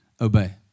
obey